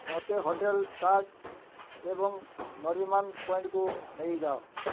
ମୋତେ ହୋଟେଲ୍ ତାଜ୍ ଏବଂ ନରିମାନ ପଏଣ୍ଟ୍କୁ ନେଇଯାଅ